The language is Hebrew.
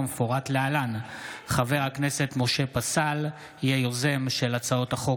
כמפורט להלן: חבר הכנסת משה פסל יהיה יוזם של הצעות החוק